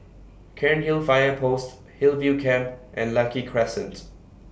Cairnhill Fire Post Hillview Camp and Lucky Crescents